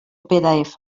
pdf